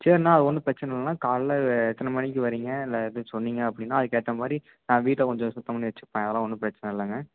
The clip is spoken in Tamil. சரிண்ணா அது ஒன்றும் பிரச்சனை இல்லைண்ணா காலைல எத்தனை மணிக்கு வர்றீங்க இல்லை எப்டின்னு சொன்னிங்க அப்படினா அதுக்கேற்ற மாதிரி நான் வீட்டை கொஞ்சம் சுத்தம் பண்ணி வைச்சுப்பேன் அதல்லாம் ஒன்றும் பிரச்சனை இல்லைங்க